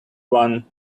one